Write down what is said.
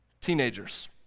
Teenagers